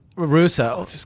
Russo